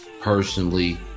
personally